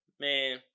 man